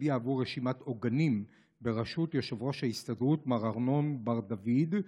ולהצביע עבור רשימת עוגנים בראשות יושב-ראש ההסתדרות מר ארנון בר-דוד,